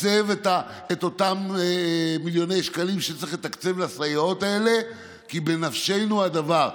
לתקצב את אותם מיליוני שקלים שצריך לתקצב לסייעות האלה כי בנפשנו הדבר.